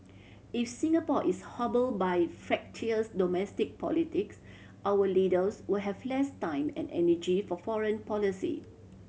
if Singapore is hobbled by fractious domestic politics our leaders will have less time and energy for foreign policy